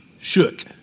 shook